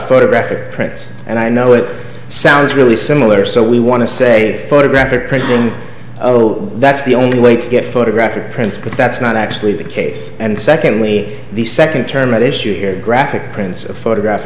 photographic prints and i know it sounds really similar so we want to say photographic praising oh that's the only way to get photographic print but that's not actually the case and secondly the second term at issue here graphic prints of photograph